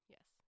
Yes